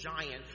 giant